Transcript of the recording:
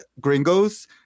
gringos